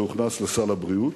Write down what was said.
זה הוכנס לסל הבריאות.